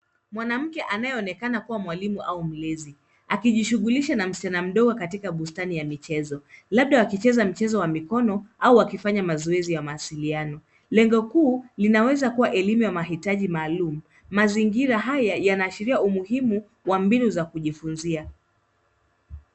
Mwanamke anaye onekana kuwa mwalimu au mlezi anajishughulisha na msichana mdogo katika bustani ya michezo. Labda wakicheza mchezo wa mikono au wakifanya mazoezi ya mawasiliano. Lengo kuu, linaweza kuwa elimu ya mahitaji maalum. Mazingira haya yanaashiria umuhimu wa mbinu za kujifunzia.